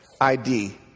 ID